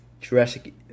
Jurassic